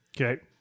Okay